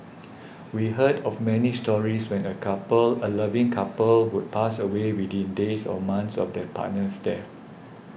we heard of many stories when a couple a loving couple would pass away within days or months of their partner's death